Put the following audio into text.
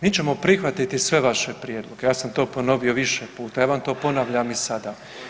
Mi ćemo prihvatiti sve vaše prijedloge, ja sam to ponovio više puta i ja vam to ponavljam i sada.